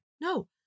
No